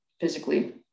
physically